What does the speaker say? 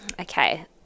Okay